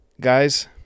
guys